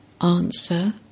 Answer